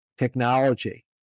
technology